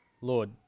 Lord